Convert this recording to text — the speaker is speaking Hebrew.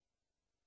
השר,